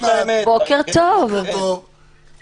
בוקר טוב גם לך, אוסנת.